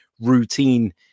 routine